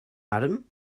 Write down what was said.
adam